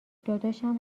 داداشم